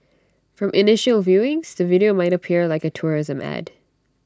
from initial viewings the video might appear like A tourism Ad